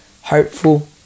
hopeful